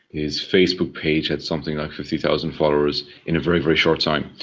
his facebook page had something like fifty thousand followers in a very, very short time,